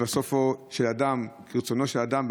כי רצונו של אדם,